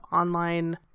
online